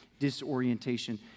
disorientation